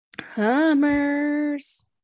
Hummers